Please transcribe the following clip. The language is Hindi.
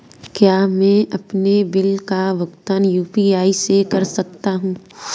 क्या मैं अपने बिल का भुगतान यू.पी.आई से कर सकता हूँ?